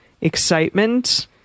excitement